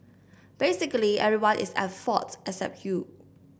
basically everyone is at fault except you